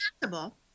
possible